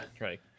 right